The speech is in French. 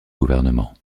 gouvernements